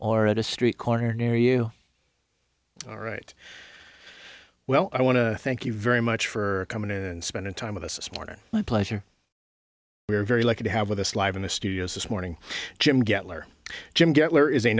at a street corner near you all right well i want to thank you very much for coming in and spending time with us this morning my pleasure we are very lucky to have with us live in the studios this morning jim gettler jim gettler is a